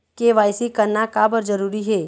KYC करना का बर जरूरी हे?